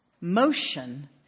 motion